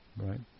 right